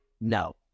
no